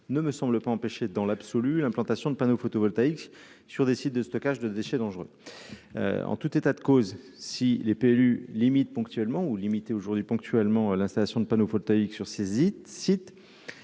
ne me semble pas empêché dans l'absolu, l'implantation de panneaux photovoltaïques sur des sites de stockage de déchets dangereux, en tout état de cause si les PLU limite ponctuellement ou limité aujourd'hui ponctuellement l'installation de panneaux voltaïque sur saisie